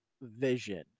vision